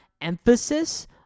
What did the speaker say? emphasis